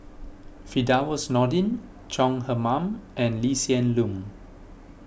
Firdaus Nordin Chong Heman and Lee Hsien Loong